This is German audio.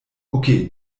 okay